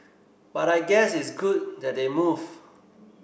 but I guess it's good that they move